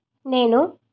నేను